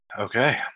okay